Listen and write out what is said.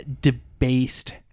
debased